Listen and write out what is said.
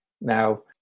Now